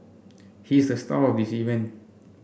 he is the star of this event